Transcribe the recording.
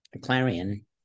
Clarion